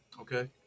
okay